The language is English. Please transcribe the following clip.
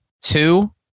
Two